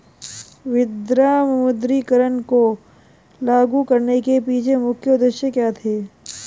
विमुद्रीकरण को लागू करने के पीछे मुख्य उद्देश्य क्या थे?